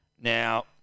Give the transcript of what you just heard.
now